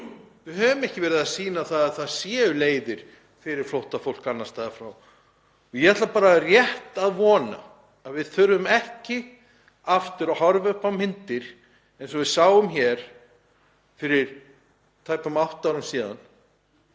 Við höfum ekki verið að sýna að það séu leiðir fyrir flóttafólk annars staðar frá. Ég ætla bara rétt að vona að við þurfum ekki aftur að horfa upp á myndir eins og við sáum fyrir tæpum átta árum af